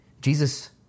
Jesus